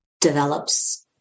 develops